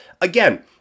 again